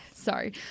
Sorry